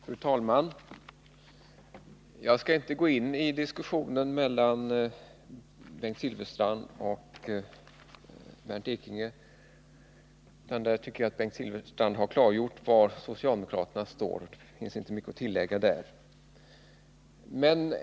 Fru talman! Jag skall inte gå in i diskussionen mellan Bengt Silfverstrand Onsdagen den och Bernt Ekinge, för jag tycker att Bengt Silfverstrand har klargjort var 14 november 1979 socialdemokratin står i denna fråga, och det finns inte mycket att tillägga.